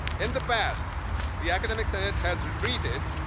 in the past the academic senate has retreated.